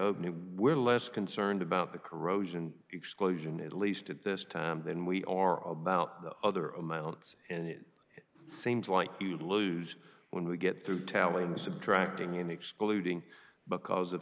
new we're less concerned about the corrosion exclusion at least at this time than we are about the other amounts and it seems like you lose when we get through tally and subtracting in excluding because